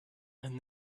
and